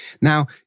Now